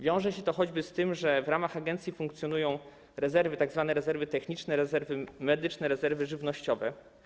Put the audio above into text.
Wiąże się to choćby z tym, że w ramach agencji funkcjonują różne rezerwy, tzw. rezerwy techniczne, rezerwy medyczne czy rezerwy żywnościowe.